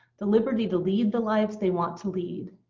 the liberty to lead the lives they want to lead,